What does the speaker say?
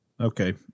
Okay